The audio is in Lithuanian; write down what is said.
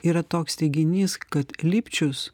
yra toks teiginys kad lipčius